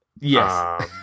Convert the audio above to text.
Yes